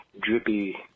drippy